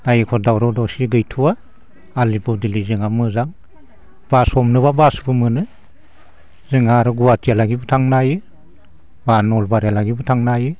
दा एख' दावराव दावसि गैथ'या आलि बौदिलि जोंहा मोजां बास हमनोब्ला बासबो मोनो जोंहा आरो गुवाहाटिहालिगिबो थांनो हायो बा नलबारिहालागिबो थांनो हायो